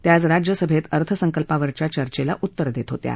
त्या आज राज्यसभेत अर्थसंकल्पावरच्या चर्चेला उत्तर देत होत्या